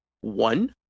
one